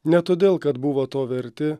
ne todėl kad buvo to verti